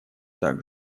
так